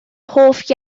hoff